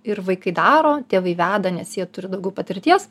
ir vaikai daro tėvai veda nes jie turi daugiau patirties